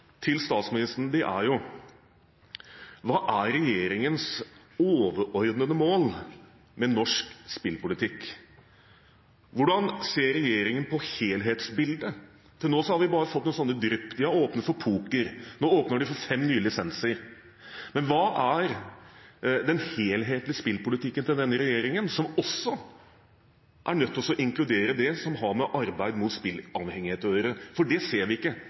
til statsministeren er jo: Hva er regjeringens overordnede mål med norsk spillpolitikk? Hvordan ser regjeringen på helhetsbildet? Til nå har vi bare fått noen små drypp: De har åpnet for poker – nå åpner de for fem nye lisenser. Men hva er den helhetlige spillpolitikken til denne regjeringen, som også er nødt til å inkludere det som har med arbeid mot spilleavhengighet å gjøre? Det ser vi ikke.